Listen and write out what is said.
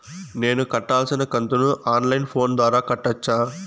నేను కట్టాల్సిన కంతును ఆన్ లైను ఫోను ద్వారా కట్టొచ్చా?